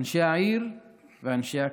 אנשי העיר ואנשי הכפר,